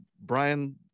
Brian